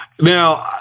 Now